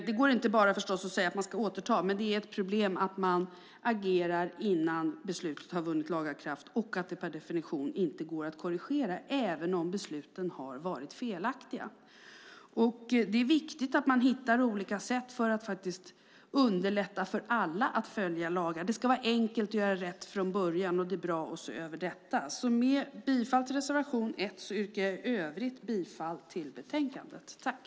Det går förstås inte bara att säga att man ska återta, men det är ett problem att man agerar innan beslutet har vunnit laga kraft och att det per definition inte går att korrigera, även om besluten har varit felaktiga. Det är viktigt att man hittar olika sätt för att underlätta för alla att följa lagen. Det ska vara enkelt att göra rätt från början, och det är bra att se över detta. Jag yrkar som sagt bifall till reservation 1. I övrigt yrkar jag bifall till utskottets förslag.